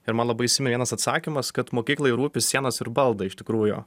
ir man labai įsiminė vienas atsakymas kad mokyklai rūpi sienos ir baldai iš tikrųjų